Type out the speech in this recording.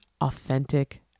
Authentic